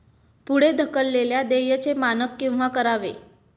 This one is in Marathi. पुढे ढकललेल्या देयचे मानक केव्हा करावे?